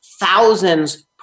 thousands